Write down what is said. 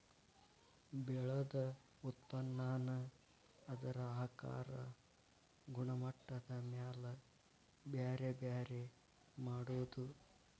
ಬೆಳದ ಉತ್ಪನ್ನಾನ ಅದರ ಆಕಾರಾ ಗುಣಮಟ್ಟದ ಮ್ಯಾಲ ಬ್ಯಾರೆ ಬ್ಯಾರೆ ಮಾಡುದು